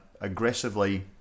aggressively